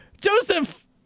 Joseph